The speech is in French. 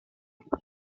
perd